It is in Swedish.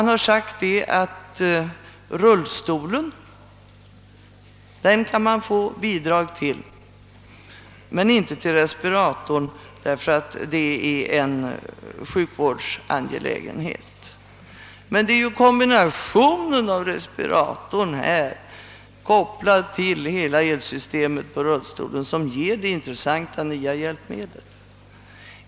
Det har sagts att till rullstolen kan man få bidrag men inte till respiratorn, därför att det gäller en sjukvårdsuppgift. Men det är ju kombinationen av respiratorn, kopplad till elsystemet och rullstolen, som ger det intressanta nya hjälpmedlet.